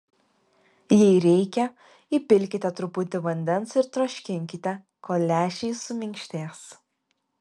jei reikia įpilkite truputį vandens ir troškinkite kol lęšiai suminkštės